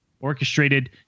orchestrated